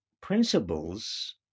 principles